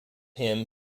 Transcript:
him